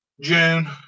June